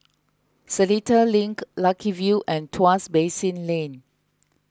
Seletar Link Lucky View and Tuas Basin Lane